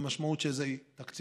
המשמעות של זה היא תקציבים.